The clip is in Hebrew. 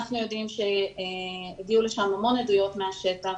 אנחנו יודעים שהגיעו לשם המון עדויות מהשטח,